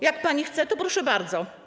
Jak pani chce, to proszę bardzo.